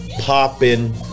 popping